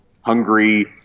hungry